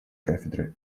кафедры